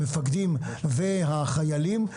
המפקדים והחיילים.